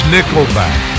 Nickelback